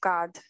God